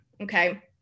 okay